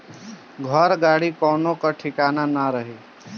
घर, गाड़ी कवनो कअ ठिकान नाइ रही